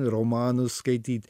romanus skaityt